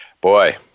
boy